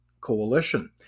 Coalition